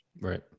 Right